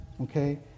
okay